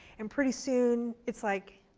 and pretty soon, it's like,